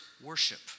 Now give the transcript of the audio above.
worship